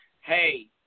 hey